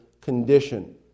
condition